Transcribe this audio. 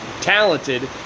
talented